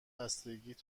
خستگی